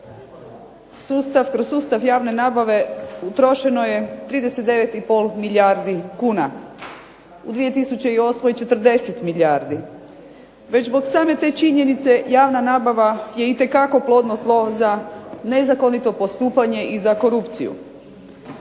kroz sustav javne nabave utrošeno je 39,5 milijardi kuna. U 2008. 40 milijardi. Već zbog same te činjenice javna nabava je itekako plodno tlo za nezakonito postupanje i za korupciju.